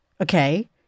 Okay